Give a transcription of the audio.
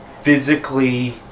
physically